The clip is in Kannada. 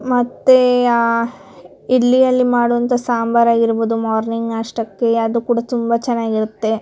ಮತ್ತು ಆ ಇಡ್ಲಿಯಲ್ಲಿ ಮಾಡುವಂಥ ಸಾಂಬರು ಆಗಿರ್ಬೋದು ಮಾರ್ನಿಂಗ್ ನಾಷ್ಟಕ್ಕೆ ಅದು ಕೂಡ ತುಂಬ ಚೆನ್ನಾಗಿರುತ್ತೆ